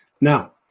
Now